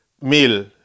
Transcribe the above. meal